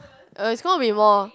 uh it's gonna be more